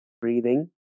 breathing